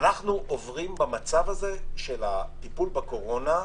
בטיפול בקורונה,